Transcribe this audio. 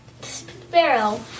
Sparrow